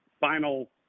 final